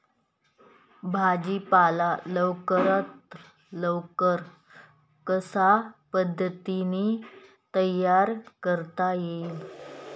भाजी पाला लवकरात लवकर कशा पद्धतीने तयार करता येईल?